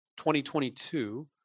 2022